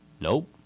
Nope